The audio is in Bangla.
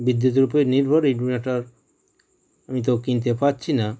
বিদ্যুতের উপরে নির্ভর ইনভার্টার আমি তো কিনতে পারছি না